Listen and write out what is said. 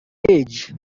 cage